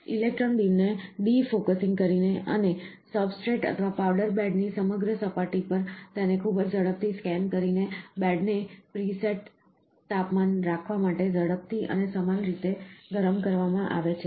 electron બીમને defocusing કરીને અને સબસ્ટ્રેટ અથવા પાવડર બેડની સમગ્ર સપાટી પર તેને ખૂબ જ ઝડપથી સ્કેન કરીને બેડને પ્રી સેટ તાપમાન રાખવા માટે ઝડપથી અને સમાન રીતે ગરમ કરવામાં આવે છે